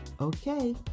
Okay